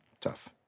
Tough